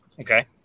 okay